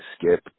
skip